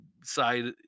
side